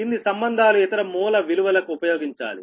కింది సంబంధాలు ఇతర మూల విలువలకు ఉపయోగించాలి